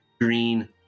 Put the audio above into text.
green